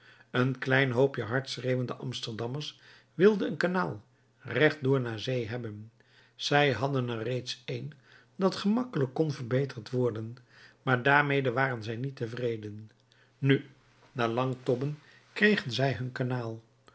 een klein hoopje hard schreeuwende amsterdammers wilde een kanaal recht door naar zee hebben zij hadden er reeds een dat gemakkelijk kon verbeterd worden maar daarmede waren zij niet tevreden nu na lang tobben kregen zij hun kanaal